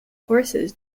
horses